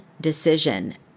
decision